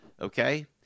okay